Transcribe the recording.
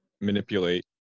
manipulate